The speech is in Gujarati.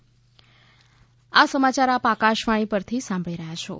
કોરોના અપીલ આ સમાચાર આપ આકાશવાણી પરથી સાંભળી રહ્યા છો